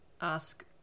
ask